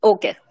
Okay